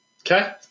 Okay